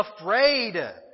afraid